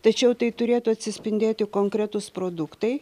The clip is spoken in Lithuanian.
tačiau tai turėtų atsispindėti konkretūs produktai